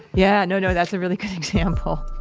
yeah. no, no. that's a really good example.